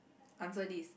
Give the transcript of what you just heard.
answer this